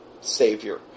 savior